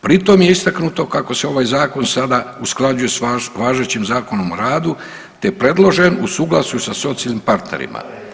Pri tom je istaknuto kako se ovaj zakon sada usklađuje s važećim Zakonom o radu te predložen u suglasju sa socijalnim partnerima.